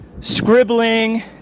scribbling